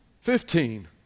Fifteen